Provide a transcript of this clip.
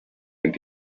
and